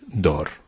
door